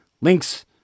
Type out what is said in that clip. Links